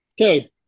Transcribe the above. Okay